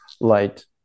light